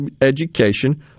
education